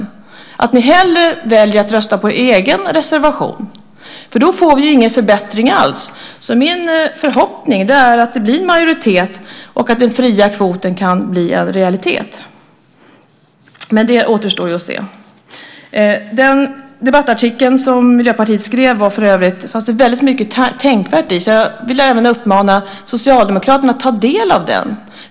Väljer ni hellre att rösta på er egen reservation? Då får vi ju ingen förbättring alls. Min förhoppning är att det blir en majoritet och att den fria kvoten kan bli en realitet, men det återstår att se. Det fanns för övrigt väldigt mycket tänkvärt i den debattartikel som Miljöpartiet skrev, så jag vill även uppmana Socialdemokraterna att ta del av den.